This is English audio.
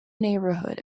neighborhood